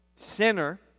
Sinner